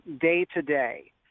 day-to-day